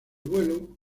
vuelo